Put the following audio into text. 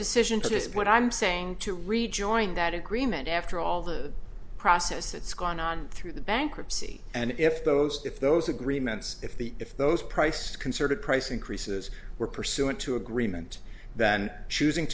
point i'm saying to rejoin that agreement after all the process that's gone on through the bankruptcy and if those if those agreements if the if those price concerted price increases were pursuant to agreement than choosing